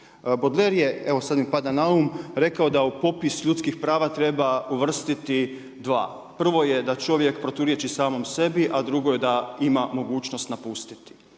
Baudelaire je evo sad mi pada na um rekao da u popis ljudskih prava treba uvrstiti dva. Prvo je da čovjek proturječi samom sebi, a drugo je da ima mogućnost napustiti.